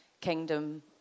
kingdom